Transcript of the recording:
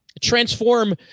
transform